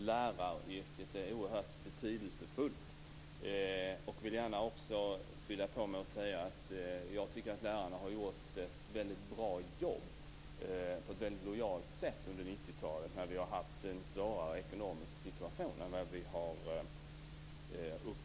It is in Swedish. Herr talman! Jag vill börja med att instämma i det sista Ola Ström sade om att läraryrket är oerhört betydelsefullt. Jag vill gärna fylla på med att säga att lärarna har gjort ett bra jobb på ett lojalt sätt under 90 talet under den svåra ekonomiska situationen.